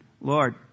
Lord